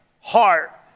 heart